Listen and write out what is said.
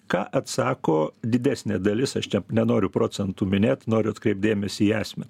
ką atsako didesnė dalis aš čia nenoriu procentų minėt noriu atkreipt dėmesį į esmę